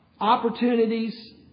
opportunities